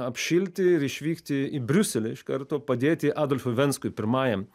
apšilti ir išvykti į briuselį iš karto padėti adolfui venckui pirmajam